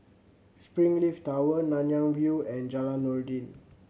Springleaf Tower Nanyang View and Jalan Noordin